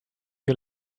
you